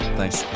Thanks